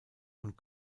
und